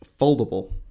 foldable